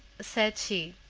said she,